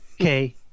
Okay